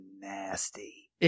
nasty